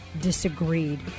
disagreed